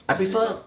I prefer